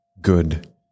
Good